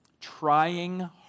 Trying